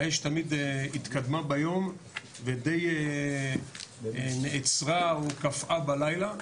האש תמיד התקדמה ביום ודי נעצרה או קפאה בלילה.